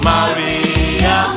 Maria